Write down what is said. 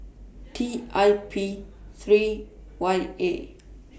T I P three Y A